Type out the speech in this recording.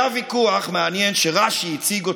היה ויכוח מעניין שרש"י הציג אותו: